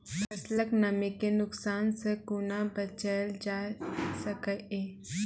फसलक नमी के नुकसान सॅ कुना बचैल जाय सकै ये?